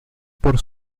por